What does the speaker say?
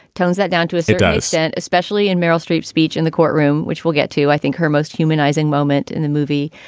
tones that down to a certain ah extent, especially in meryl streep speech in the courtroom, which we'll get to, i think, her most humanizing moment in the movie.